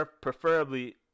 preferably